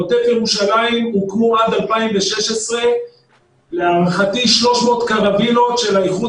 בעוטף ירושלים הוקמו עד 2016 להערכתי 300 קרווילות של האיחוד